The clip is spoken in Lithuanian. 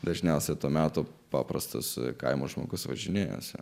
dažniausia to meto paprastas kaimo žmogus važinėjosi